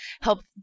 help